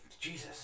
Jesus